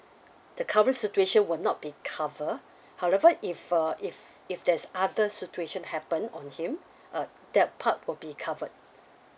the current situation will not be covered however if uh if if there's other situation happen on him uh that part will be covered